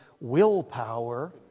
willpower